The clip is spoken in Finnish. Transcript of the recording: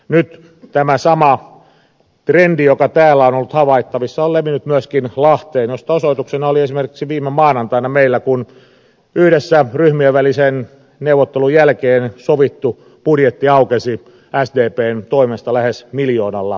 nyt tämä sama trendi joka täällä on ollut havaittavissa on levinnyt myöskin lahteen mistä osoituksena oli esimerkiksi viime maanantaina meillä kun yhdessä ryhmien välisen neuvottelun jälkeen sovittu budjetti aukesi sdpn toimesta lähes miljoonalla eurolla